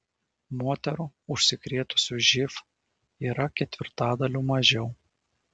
moterų užsikrėtusių živ yra ketvirtadaliu mažiau